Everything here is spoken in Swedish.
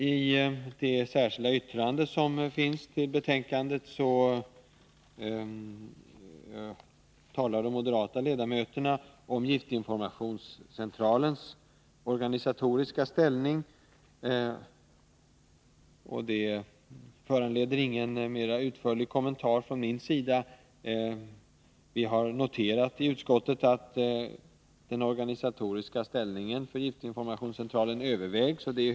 I det särskilda yttrande som finns fogat till betänkandet talar de moderata ledamöterna om giftinformationscentralens organisatoriska ställning. Det föranleder ingen utförlig kommentar från min sida. Vi har i utskottet noterat att den organisatoriska ställningen för giftinformationscentralen övervägs.